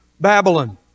Babylon